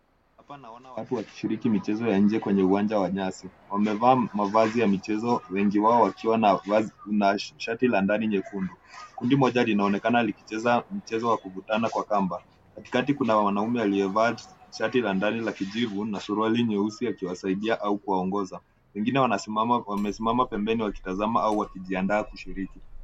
Hapa naona watu wakishiriki michezo ya nje kwenye uwanja wa nyasi. Wamevaa mavazi ya michezo wengi wao wakiwa na shati la ndani nyekundu. Kundi moja linaonekana likicheza mchezo wa kuvutana kwa kamba. Katikati kuna mwanaume aliyevaa shati la ndani la kijivu na suruali nyeusi akiwasaidia au kuwaongoza. Wengine wamesimama pembeni wakitazama au wakijiandaa kushiriki.